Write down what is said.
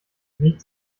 nicht